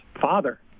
father